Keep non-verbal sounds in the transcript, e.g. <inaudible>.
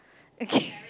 okay <laughs>